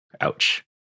ouch